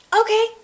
okay